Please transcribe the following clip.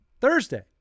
Thursday